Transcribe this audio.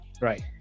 Right